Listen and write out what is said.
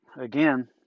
again